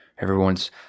Everyone's